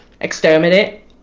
exterminate